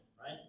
right